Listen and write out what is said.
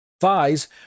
thighs